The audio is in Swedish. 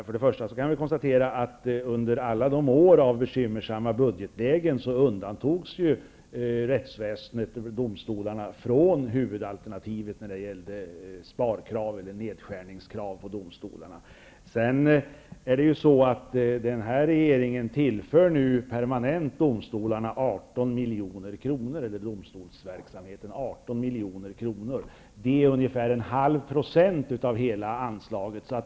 Först och främst kan jag konstatera att rättsväsendet under alla år med bekymmersamma budgetlägen har undantagits från huvudalternativet när det gällt sparkrav eller nedskärningskrav på domstolarna. Den här regeringen tillför nu permanent domstolsverksamheten 18 milj.kr. Det handlar om ungefär 0,5 % av hela anslaget.